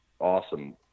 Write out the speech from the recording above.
awesome